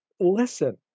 listen